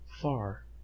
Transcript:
far